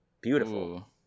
Beautiful